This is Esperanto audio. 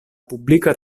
publika